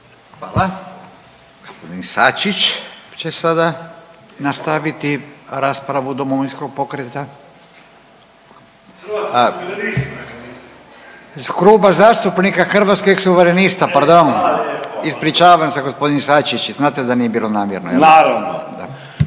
Hvala. Gospodin Sačić će sada nastaviti raspravu Domovinskog pokreta. …/Upadica se ne razumije./… IZ Kluba zastupnika Hrvatskih suverenista pardon, ispričavam se g. SAčić znate da nije bilo namjerno jel da.